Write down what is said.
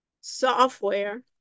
software